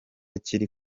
kiri